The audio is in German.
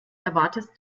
erwartest